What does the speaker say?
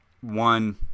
One